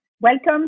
Welcome